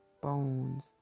bones